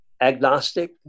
agnostic